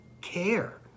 care